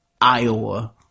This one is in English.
Iowa